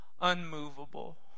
unmovable